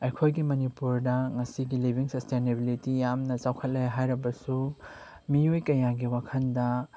ꯑꯩꯈꯣꯏꯒꯤ ꯃꯅꯤꯄꯨꯔꯗ ꯉꯁꯤꯒꯤ ꯂꯤꯕꯤꯡ ꯁꯁꯇꯦꯅꯦꯕꯤꯂꯤꯇꯤ ꯌꯥꯝꯅ ꯆꯥꯎꯈꯠꯂꯦ ꯍꯥꯏꯔꯕꯁꯨ ꯃꯤꯑꯣꯏ ꯀꯌꯥꯒꯤ ꯋꯥꯈꯜꯗ